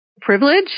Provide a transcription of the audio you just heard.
privilege